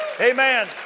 Amen